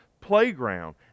playground